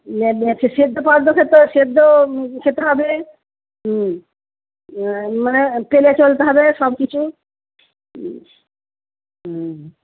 ইয়া হচ্ছে সেদ্দ ফেদ্দ খেতে হবে সেদ্দ খেতে হবে মানে চলতে হবে সব কিছু